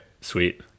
sweet